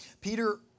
Peter